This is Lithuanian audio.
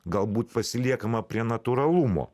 galbūt pasiliekama prie natūralumo